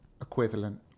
equivalent